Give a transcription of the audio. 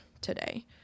today